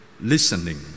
listening